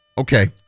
Okay